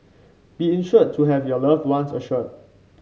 be insured to have your loved ones assured